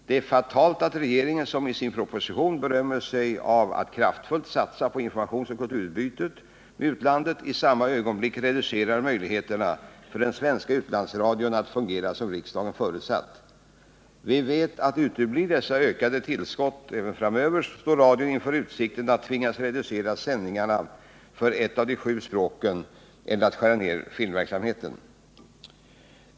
Det är fatalt att regeringen, som i sin proposition berömmer sig av att kraftfullt satsa på informationsoch kulturutbytet med utlandet, i samma ögonblick reducerar möjligheterna för den svenska utlandsradion att fungera som riksdagen förursatt. Vi vet att uteblir dessa ökade tillskott, står radion inför utsikten att tvingas reducera sändningarna för ett av de sju språken eller att skära ned filmverksamheten.